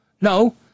No